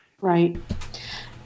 Right